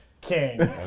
king